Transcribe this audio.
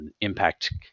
impact